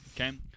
Okay